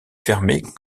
fermé